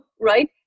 right